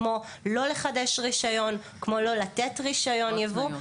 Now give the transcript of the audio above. כמו "לא לחדש רישיון", "לא לתת רישיון יבוא".